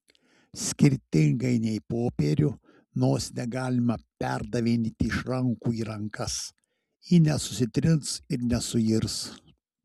skirtingai nei popierių nosinę galima perdavinėti iš rankų į rankas ji nesusitrins ir nesuirs